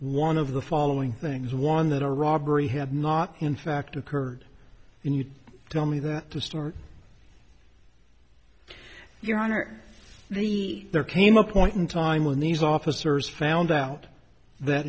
one of the following things one that a robbery had not in fact occurred and you tell me that the store your honor the there came a point in time when these officers found out that